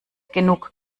genug